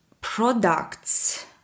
products